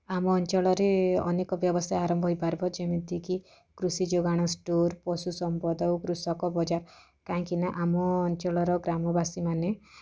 ଆମ ଅଞ୍ଚଳରେ ଅନେକ ବ୍ୟବସାୟ ଆରମ୍ଭ ହେଇ ପାରିବ ଯେମିତି କି କୃଷି ଯୋଗାଣ ଷ୍ଟୋର୍ ପଶୁ ସମ୍ପଦ ଓ କୃଷକ ବଜାର୍ କାହିଁକି ନାଁ ଆମ ଅଞ୍ଚଳର ଗ୍ରାମବାସୀମାନେ